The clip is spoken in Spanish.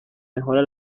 mejora